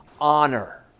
honor